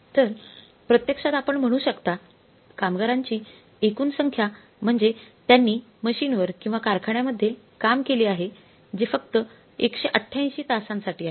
तर प्रत्यक्षात आपण म्हणू शकता की कामगारांची एकूण संख्या म्हणजे त्यांनी मशीनवर किंवा कारखान्यामधेय काम केले आहे जे फक्त 188 तासांसाठी आहे